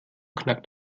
knackt